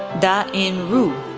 da in ryoo,